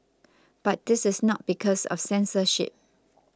but this is not because of censorship